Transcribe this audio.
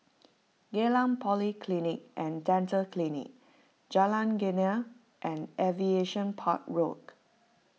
Geylang Polyclinic and Dental Clinic Jalan Geneng and Aviation Park Road